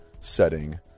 setting